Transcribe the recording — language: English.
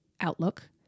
outlook